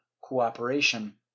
cooperation